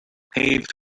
paved